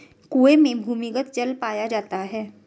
कुएं में भूमिगत जल पाया जाता है